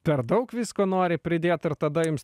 per daug visko nori pridėt ar tada jums